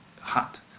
heart